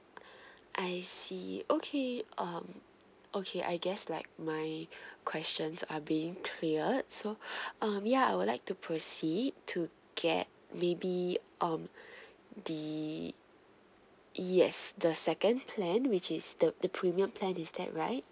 I see okay um okay I guess like my questions are being cleared so um ya I'd like to proceed to get maybe um the yes the second plan which is the the premium plan is that right